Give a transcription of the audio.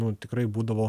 nu tikrai būdavo